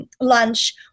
lunch